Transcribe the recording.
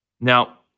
Now